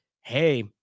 hey